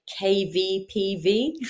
kvpv